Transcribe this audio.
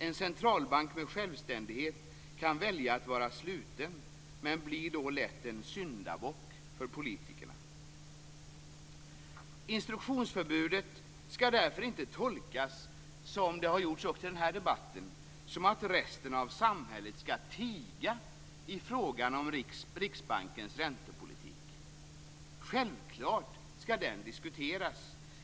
En centralbank med självständighet kan välja att vara sluten men blir då lätt en syndabock för politikerna. Instruktionsförbudet skall därför inte tolkas som det har gjorts också i den här debatten, som att resten av samhället skall tiga i frågan om Riksbankens räntepolitik. Självfallet skall den diskuteras.